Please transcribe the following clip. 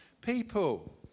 people